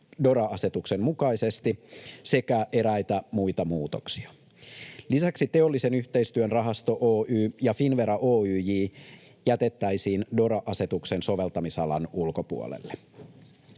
DORA-asetuksen mukaisesti, sekä eräitä muita muutoksia. Lisäksi Teollisen yhteistyön rahasto Oy ja Finnvera Oyj jätettäisiin DORA-asetuksen soveltamisalan ulkopuolelle.